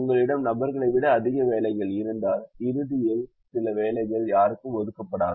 உங்களிடம் நபர்களை விட அதிக வேலைகள் இருந்தால் இறுதியில் சில வேலைகள் யாருக்கும் ஒதுக்கப்படாது